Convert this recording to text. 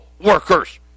workers